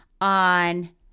on